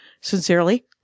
Sincerely